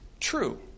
true